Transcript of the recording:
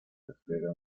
despliega